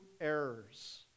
errors